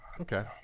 Okay